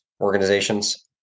organizations